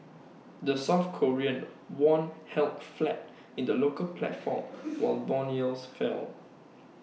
the south Korean won held flat in the local platform while Bond yields fell